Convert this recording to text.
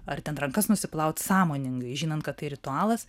ar ten rankas nusiplaut sąmoningai žinant kad tai ritualas